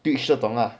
对是懂了